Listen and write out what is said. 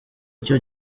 icyo